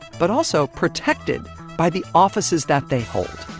but also protected by the offices that they hold?